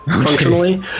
functionally